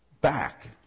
back